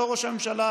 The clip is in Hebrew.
לא ראש הממשלה,